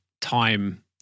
time